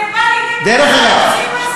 זה בא לידי ביטוי בתקציב הזה,